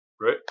right